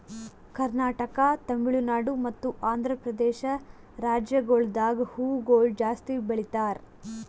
ಕರ್ನಾಟಕ, ತಮಿಳುನಾಡು ಮತ್ತ ಆಂಧ್ರಪ್ರದೇಶ ರಾಜ್ಯಗೊಳ್ದಾಗ್ ಹೂವುಗೊಳ್ ಜಾಸ್ತಿ ಬೆಳೀತಾರ್